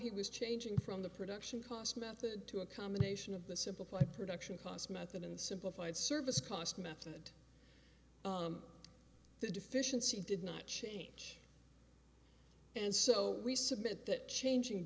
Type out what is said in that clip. he was changing from the production cost method to a combination of the simplify production cost method and simplified service cost method the deficiency did not change and so we submit that changing